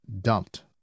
dumped